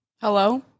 Hello